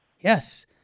yes